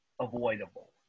avoidable